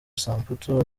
samputu